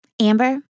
Amber